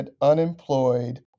unemployed